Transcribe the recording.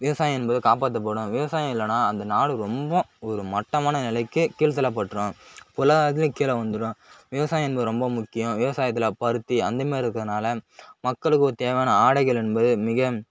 விவசாயம் என்பது காப்பாத்தப்படும் விவசாயம் இல்லைன்னா அந்த நாடு ரொம்ப ஒரு மட்டமான நிலைக்கு கீழே தள்ளப்பட்டுரும் இப்போது உள்ள காலத்தில் கீழே வந்துடும் விவசாயம் என்பது ரொம்ப முக்கியம் விவசாயத்தில் பருத்தி அந்த மாரி இருக்கிறதுனால மக்களுக்கு ஒரு தேவையான ஆடைகள் என்பது மிக